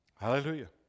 Hallelujah